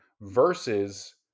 versus